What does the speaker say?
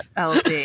LD